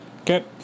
Okay